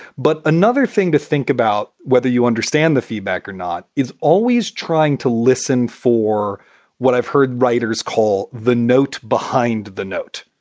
but another thing to think about, whether you understand the feedback or not, is always trying to listen for what i've heard writers call the note behind the note,